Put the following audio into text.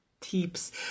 tips